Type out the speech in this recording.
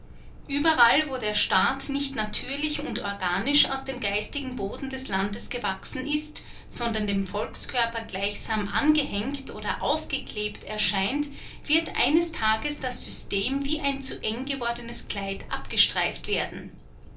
überall wo der staat nicht natürlich und organisch aus dem geistigen boden des landes gewachsen ist sondern dem volkskörper gleichsam angehängt oder aufgeklebt erscheint wird eines tages das system wie ein zu eng gewordenes kleid abgestreift werden